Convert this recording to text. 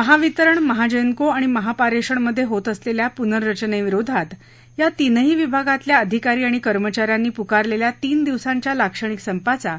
महावितरण महाजेनको आणि महापारेषण मध्ये होत असलेल्या पूनर्रचनेविरोधात या तीनही विभागातल्या अधिकारी आणि कर्मचा यांनी पुकारलेल्या तीन दिवसाच्या लाक्षणिक संपाचा